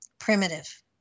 primitive